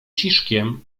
ciszkiem